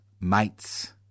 mates